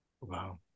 wow